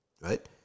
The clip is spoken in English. Right